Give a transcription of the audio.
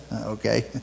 okay